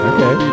Okay